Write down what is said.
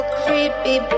creepy